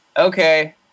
Okay